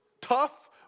tough